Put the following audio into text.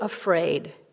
afraid